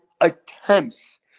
attempts